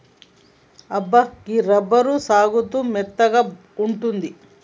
అబ్బా గీ రబ్బరు సాగుతూ మెత్తగా ఉంటుంది